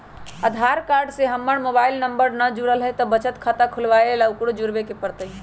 आधार card से हमर mobile number न जुरल है त बचत खाता खुलवा ला उकरो जुड़बे के पड़तई?